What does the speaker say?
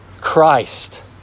Christ